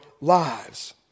lives